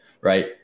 Right